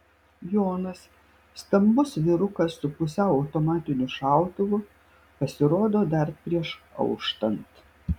jonas stambus vyrukas su pusiau automatiniu šautuvu pasirodo dar prieš auštant